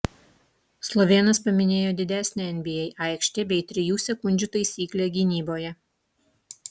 slovėnas paminėjo didesnę nba aikštę bei trijų sekundžių taisyklę gynyboje